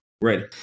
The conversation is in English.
Ready